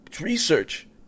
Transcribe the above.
Research